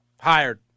Hired